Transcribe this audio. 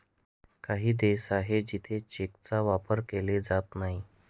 काही देश आहे जिथे चेकचा वापर केला जात नाही